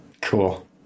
Cool